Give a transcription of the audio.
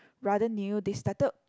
rather new they started